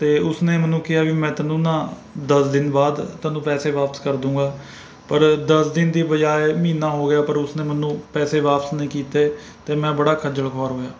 ਅਤੇ ਉਸ ਨੇ ਮੈਨੂੰ ਕਿਹਾ ਕਿ ਮੈਂ ਤੈਨੂੰ ਨਾ ਦਸ ਦਿਨ ਬਾਅਦ ਤੈਨੂੰ ਪੈਸੇ ਵਾਪਸ ਕਰ ਦੂੰਗਾ ਪਰ ਦਸ ਦਿਨ ਦੀ ਬਜਾਏ ਮਹੀਨਾ ਹੋ ਗਿਆ ਪਰ ਉਸ ਨੇ ਮੈਨੂੰ ਪੈਸੇ ਵਾਪਸ ਨਹੀਂ ਕੀਤੇ ਅਤੇ ਮੈਂ ਬੜਾ ਖੱਜਲ ਖੁਆਰ ਹੋਇਆ